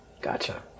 Gotcha